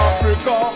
Africa